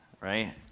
right